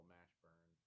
Mashburn